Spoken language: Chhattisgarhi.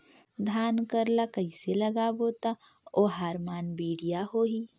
धान कर ला कइसे लगाबो ता ओहार मान बेडिया होही?